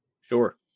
Sure